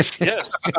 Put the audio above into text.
Yes